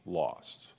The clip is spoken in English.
lost